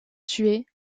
tués